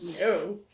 no